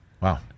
wow